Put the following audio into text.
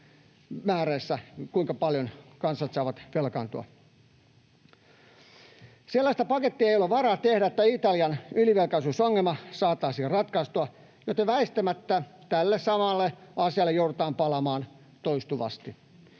määreissä, kuinka paljon kansat saavat velkaantua. Sellaista pakettia ei ole varaa tehdä, että Italian ylivelkaisuusongelma saataisiin ratkaistua, joten väistämättä tähän samaan asiaan joudutaan palaamaan toistuvasti.